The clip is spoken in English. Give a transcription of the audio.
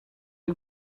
had